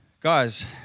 Guys